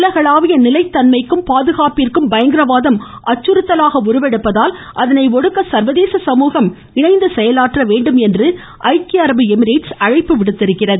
உலகளாவிய நிலைத்தன்மைக்கும் பாதுகாப்பிற்கும் பயங்கரவாதம் அச்சுறுத்தலாக உருவெடுப்பதால் அதனை ஒடுக்க சர்வதேச சமூகம் இணைந்து செயலாற்ற வேண்டும் என்று ஐக்கிய அரபு எமிரேட்ஸ் அழைப்பு விடுத்துள்ளது